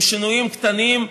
עם שינויים קטנים,